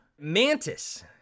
Mantis